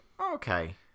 okay